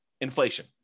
Inflation